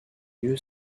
you